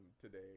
today